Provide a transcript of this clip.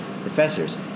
Professors